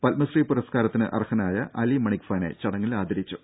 പത്മശ്രീ പുരസ്കാരത്തിന് അർഹനായ അലി മണിക്ഫാനെ ചടങ്ങിൽ ആദരിച്ചു